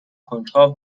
کنجکاو